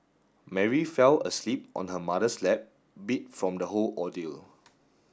Mary fell asleep on her mother's lap beat from the whole ordeal